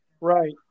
Right